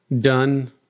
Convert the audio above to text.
done